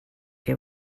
que